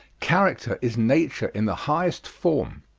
character is nature in the highest form.